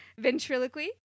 ventriloquy